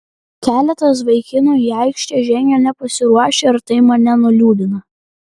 keletas vaikinų į aikštę žengę nepasiruošę ir tai mane nuliūdina